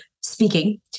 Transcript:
speaking